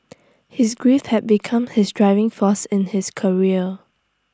his grief had become his driving force in his career